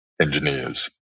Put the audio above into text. engineers